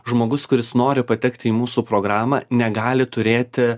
žmogus kuris nori patekti į mūsų programą negali turėti